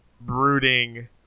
brooding